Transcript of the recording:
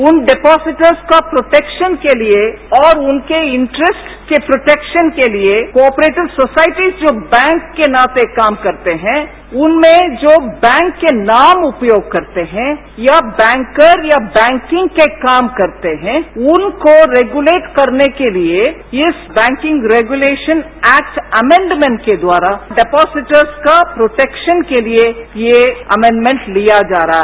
उन डिपाजिटर्स के प्रोटेक्शन के लिए और उनके इंटरेस्ट के प्रोटेक्शन के लिए कोऑपरेटिव सोसाएटीस जो बैंक के नाते काम करते हैं उनमें जो बैंक के नाम उपयोग करते हैं या बैंकर या बैंकिंग के काम करते हैं उनको रेगुलेट करने के लिए इस बैंकिंग रेगुलेट ऐक्ट अमेन्इमन्ट के द्वारा डिपाजिटर्स का प्रोटेक्शन के लिए ये अमेन्ड्मन्ट लिया जा रहा है